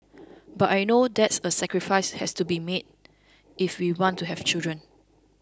but I know that's a sacrifices has to be made if we want to have children